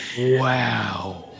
Wow